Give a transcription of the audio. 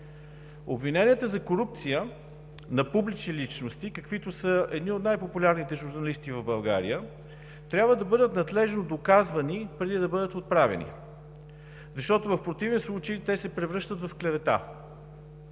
Обвиненията за корупция на публични личности, каквито са едни от най-популярните журналисти в България, трябва да бъдат надлежно доказвани, преди да бъдат отправени, защото в противен случай те се превръщат в клевета.